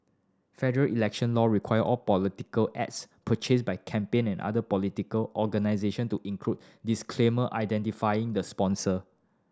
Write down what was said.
federal election law require all political ads purchased by campaign and other political organisation to include disclaimer identifying the sponsor